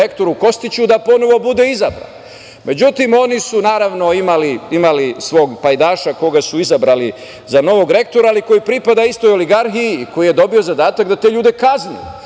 rektoru Kostiću da ponovo bude izabran. Međutim, oni su, naravno, imali svog pajtaša koga su izabrali za novog rektora, ali koji pripada istoj oligarhiji i koji je dobio zadatak da te ljude kazni.